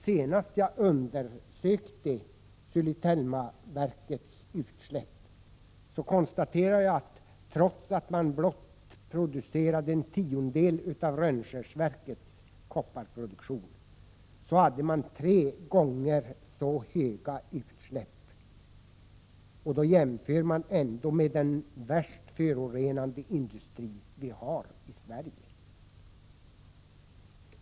Senast jag undersökte Sulitjelmaverkets utsläpp konstaterade jag, att trots att man blott framställde en tiondel av Rönnskärsverkens kopparproduktion hade man tre gånger så stora utsläpp. Då jämför jag ändå med den värst förorenande industri vi har i Sverige.